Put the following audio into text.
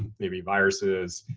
maybe viruses.